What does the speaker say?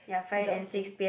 without fail